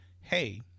hey